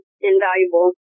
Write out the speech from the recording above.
invaluable